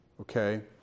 Okay